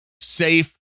safe